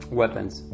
weapons